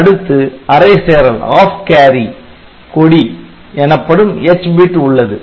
அடுத்து அரை சேறல் கொடி எனப்படும் H பிட் உள்ளது